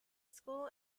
school